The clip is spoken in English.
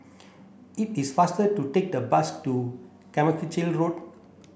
it is faster to take the bus to Carmichael Road